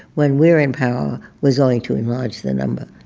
when we're in power, we're going to enlarge the number